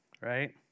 right